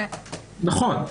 נכון.